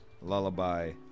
lullaby